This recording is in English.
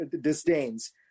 disdains